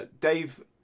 Dave